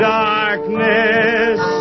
darkness